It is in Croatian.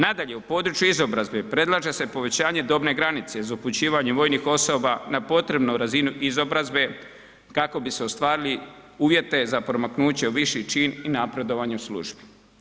Nadalje, u području izobrazbe predlaže se povećanje dobne granice za upućivanje vojnih osoba na potrebnu razinu izobrazbe kako bi ostvarili uvjete za promaknuće u viši čin i napredovanje u službi.